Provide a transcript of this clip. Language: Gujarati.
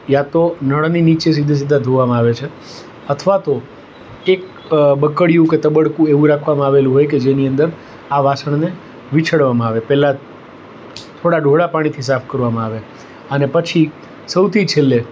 યા તો નળની નીચે સીધે સીધા ધોવામાં આવે છે અથવા તો એક બકડિયું કે તબડકું એવું રાખવામાં આવેલું હોય કે જેની અંદર આ વાસણને વીછળવામાં આવે પહેલાં થોડા ડહોળાં પાણીથી સાફ કરવામાં આવે અને પછી સૌથી છેલ્લે